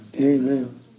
Amen